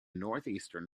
northeastern